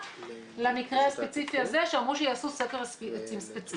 למקרה הספציפי הזה שאמרו שיעשו סקר עצים ספציפי.